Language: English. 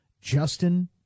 Justin